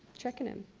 checking in.